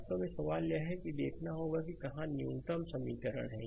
वास्तव में सवाल यह है कि यह देखना होगा कि कहां न्यूनतम समीकरण हैं